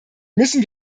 müssen